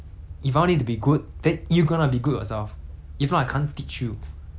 if not I can't teach you okay I may not be I may not b~ I may not be like